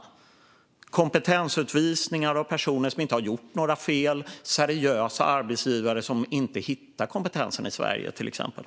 Det handlar om kompetensutvisningar av personer som inte har gjort några fel och seriösa arbetsgivare som inte hittar kompetensen i Sverige till exempel.